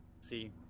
see